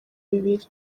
bibiri